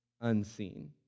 unseen